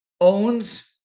owns